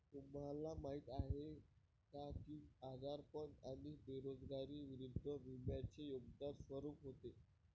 तुम्हाला माहीत आहे का की आजारपण आणि बेरोजगारी विरुद्ध विम्याचे योगदान स्वरूप होते?